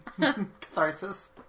Catharsis